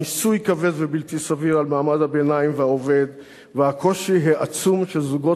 מיסוי כבד ובלתי סביר על מעמד הביניים והעובד והקושי העצום של זוגות